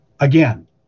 Again